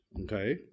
Okay